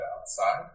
outside